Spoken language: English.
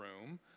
room